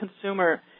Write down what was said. consumer